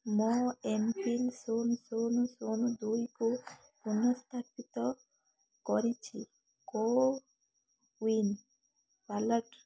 ମୋ ଏମ୍ପିନ୍ ଶୂନ ଶୂନ ଶୂନ ଦୁଇକୁ ପୁନଃସ୍ଥାପିତ କରିଛି କୋୱିନ୍ ପାଲଟ୍